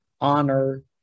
honor